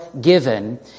given